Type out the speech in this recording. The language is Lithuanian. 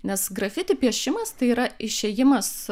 nes grafiti piešimas tai yra išėjimas